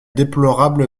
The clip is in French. déplorable